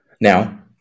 Now